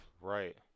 Right